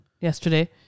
yesterday